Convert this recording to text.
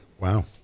wow